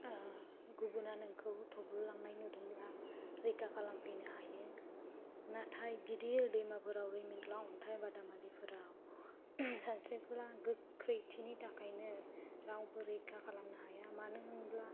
गुबुना नोंखौ थब्ल'लांनाय नुदोंब्ला रैखा खालाम फैनो हायो नाथाय गिदिर दैमाफोराव रिमोनला अन्थाइ बादामालिफोराव सानस्रिबोला गोख्रैथिनि थाखायनो रावबो रैखा खालामनो हाया मानोहोनोब्ला